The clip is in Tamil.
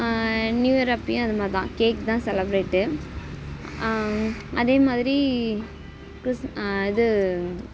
நியூ இயர் அப்பயும் அதே மாதிரி தான் கேக் தான் செலப்ரேட் அதே மாதிரி கிறிஸ் இது